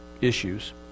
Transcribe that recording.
issues